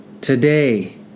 today